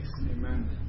amen